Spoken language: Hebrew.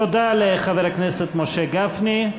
תודה לחבר הכנסת משה גפני.